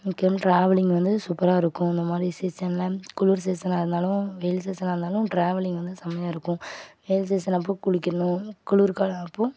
முக்கியமாக ட்ராவெலிங் வந்து சூப்பராக இருக்கும் இந்த மாதிரி சீசனில் குளிர் சீசனாக இருந்தாலும் வெயில் சீசனா இருந்தாலும் ட்ராவெலிங் வந்து செம்மையாக இருக்கும் வெயில் சீசன் அப்போது குளிக்கணும் குளிர் காலம் அப்போது